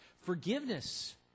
Forgiveness